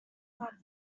blood